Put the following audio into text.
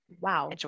wow